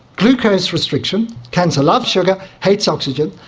glucose restriction. cancer loves sugar, hates oxygen,